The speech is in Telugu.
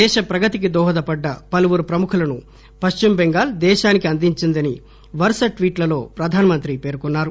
దేశ ప్రగతికి దోహదపడిన పలువురు ప్రముఖులను పశ్చిమ బెంగాల్ దేశానికి అందించిందని వరుస ట్వీట్లలో ప్రధానమంత్రి పేర్కొన్నారు